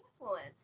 influence